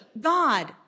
God